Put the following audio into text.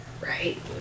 Right